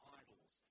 idols